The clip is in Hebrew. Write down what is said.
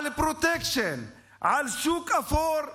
על פרוטקשן, על שוק אפור,